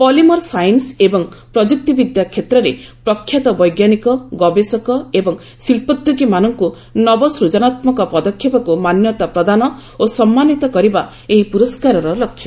polymer science ଏବଂ ପ୍ରଯୁକ୍ତିବିଦ୍ୟା କ୍ଷେତ୍ରରେ ପ୍ରଖ୍ୟାତ ବୈଜ୍ଞାନିକ ଗବେଷକ ଏବଂ ଶିଚ୍ଛୋଦ୍ୟୋଗୀମାନଙ୍କୁ ନବସ୍କୁଜନାତ୍ମକ ପଦକ୍ଷେପକୁ ମାନ୍ୟତା ପ୍ରଦାନ ଓ ସମ୍ମାନୀତ କରିବା ଏହି ପୁରସ୍କାରର ଲକ୍ଷ୍ୟ